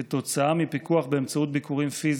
מי שאומת כחולה או של מי שהיה במגע עם חולה